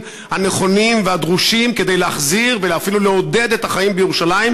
הנכונים והדרושים כדי להחזיר ואפילו לעודד את החיים בירושלים,